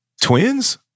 twins